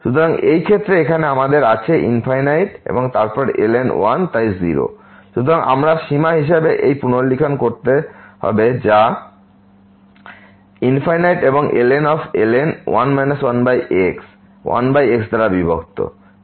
সুতরাং এই ক্ষেত্রে এখানে আমাদের আছে এবং তারপর ln 1 তাই 0 সুতরাং আমরা সীমা হিসাবে এই পুনর্লিখন করতে হবে x যায় এবং ln 1 1X 1xদ্বারা বিভক্ত